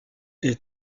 est